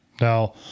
Now